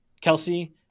Kelsey